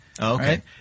Okay